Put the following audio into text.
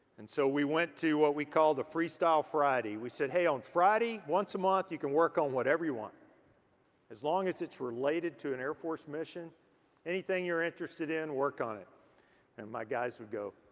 and so we went to what we call the freestyle friday. we said, hey, on friday once a month you can work on whatever you as long as it's related to an air force mission anything you're interested in work on it and my guys would go,